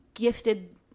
gifted